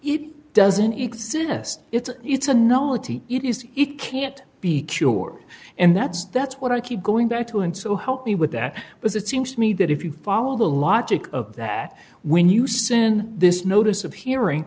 it doesn't exist it's a it's a knowledge it is it can't be cured and that's that's what i keep going back to and so help me with that but it seems to me that if you follow the logic of that when you soon this notice of hearing